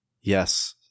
Yes